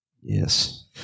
Yes